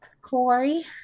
Corey